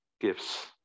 gifts